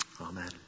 Amen